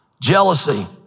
jealousy